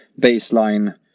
baseline